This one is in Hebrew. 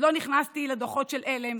עוד לא נכנסתי לדוחות של עלם